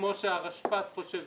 כמו שהרשפ"ת חושב,